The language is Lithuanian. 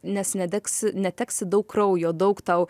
nes nedegsi neteksi daug kraujo daug tau